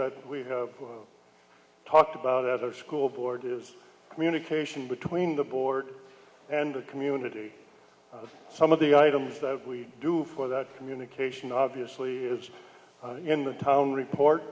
that we've talked about at our school board is communication between the board and the community some of the items that we do for that communication obviously is in the town report